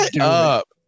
up